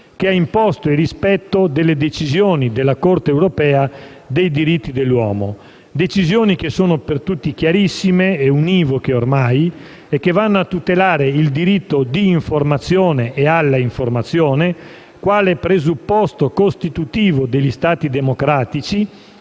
ha imposto il rispetto delle decisioni della Corte europea dei diritti dell'uomo; decisioni che sono per tutti chiarissime, ormai univoche e che vanno a tutelare il diritto d'informazione e alla informazione quale presupposto costitutivo degli Stati democratici